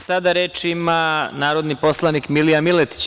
Sada reč ima narodni poslanik Milija Miletić.